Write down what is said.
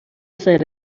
said